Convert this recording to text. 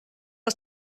aus